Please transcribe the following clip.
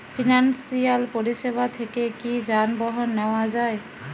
Financial পরিসেবা থেকে কি যানবাহন নেওয়া যায়?